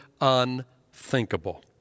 unthinkable